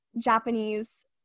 Japanese